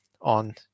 on